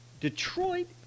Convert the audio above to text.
Detroit